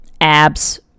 abs